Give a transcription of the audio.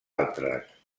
altres